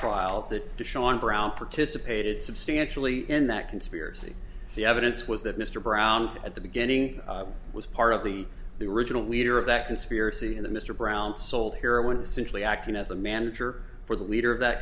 trial that sean brown participated substantially in that conspiracy the evidence was that mr brown at the beginning was part of the the original leader of that conspiracy and the mr brown sold here when essentially acting as a manager for the leader of that